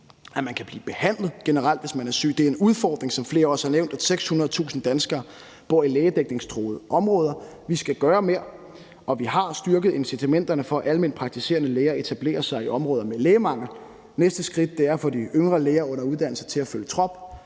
kan blive behandlet, hvis man er syg. Det er en udfordring, hvad flere også har nævnt, at 600.000 danskere bor i lægedækningstruede områder. Vi skal gøre mere, og vi har styrket incitamenterne for, at alment praktiserende læger etablerer sig i områder med lægemangel. Næste skridt er at få de yngre læger under uddannelse til at følge trop,